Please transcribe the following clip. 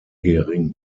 gering